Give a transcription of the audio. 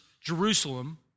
Jerusalem